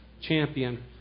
champion